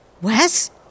Wes